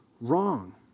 wrong